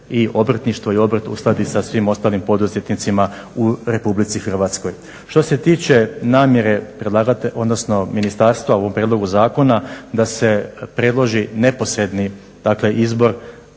se obrtništvo i obrt uskladi sa svim ostalim poduzetnicima u Republici Hrvatskoj. Što se tiče namjere predlagatelja, odnosno ministarstva u ovom prijedlogu zakona da se predloži neposredni,